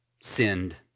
sinned